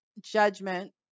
judgment